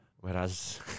whereas